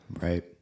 Right